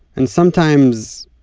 and sometimes,